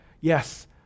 Yes